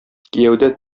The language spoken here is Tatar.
кияүдә